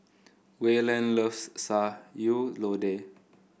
Wayland loves Sayur Lodeh